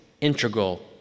integral